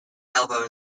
elbow